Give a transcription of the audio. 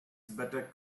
better